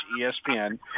ESPN